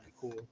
cool